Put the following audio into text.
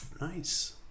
Nice